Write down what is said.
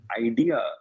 idea